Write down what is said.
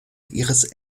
ihres